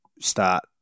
start